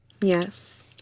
Yes